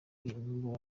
imbunda